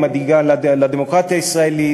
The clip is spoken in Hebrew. היא מדאיגה לדמוקרטיה הישראלית,